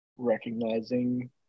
recognizing